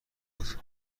بود